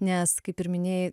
nes kaip ir minėjai